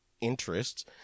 interests